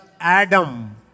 Adam